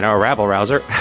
and a rabble rouser,